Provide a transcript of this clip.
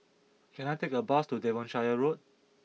can I take a bus to Devonshire Road